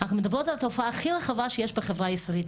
אנחנו מדברות על התופעה הכי רחבה שיש בחברה הישראלית,